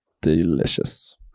delicious